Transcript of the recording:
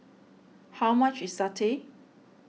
how much is Satay